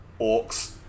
orcs